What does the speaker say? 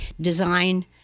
design